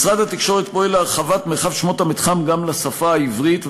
משרד התקשורת פועל להרחבת מרחב שמות המתחם גם לשפה העברית,